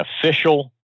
official